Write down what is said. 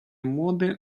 моди